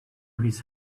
his